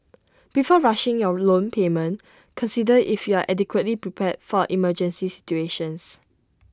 before rushing your loan repayment consider if you are adequately prepared for emergency situations